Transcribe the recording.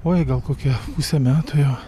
oi gal kokia pusę metų jau